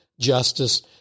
justice